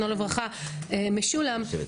זיכרונו לברכה,